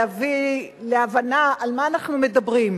להביא להבנה על מה אנחנו מדברים.